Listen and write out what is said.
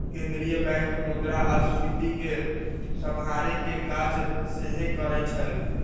केंद्रीय बैंक मुद्रास्फीति के सम्हारे के काज सेहो करइ छइ